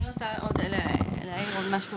אני רוצה להעיר עוד משהו